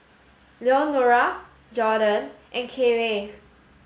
Leonora Jordon and Kayleigh